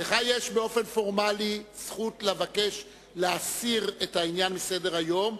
לך באופן פורמלי זכות לבקש להסיר את העניין מסדר-היום,